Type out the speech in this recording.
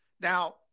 Now –